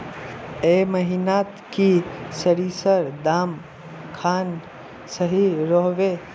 ए महीनात की सरिसर दाम खान सही रोहवे?